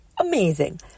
amazing